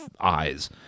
eyes